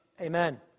Amen